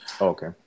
Okay